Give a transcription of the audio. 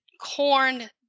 corn